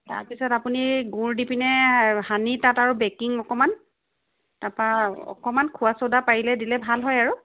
তাৰপিছত আপুনি গুড় দি পিনে সানি তাত আৰু বেকিং অকণমান তাপা অকণমান খোৱা চ'দা পাৰিলে দিলে ভাল হয় আৰু